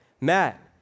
Matt